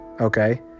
okay